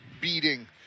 beating